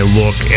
look